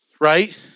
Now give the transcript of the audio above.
Right